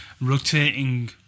rotating